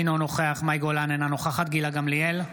אינו נוכח גילה גמליאל,